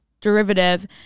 derivative